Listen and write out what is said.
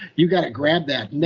you've got to grab that.